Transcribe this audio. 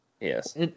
Yes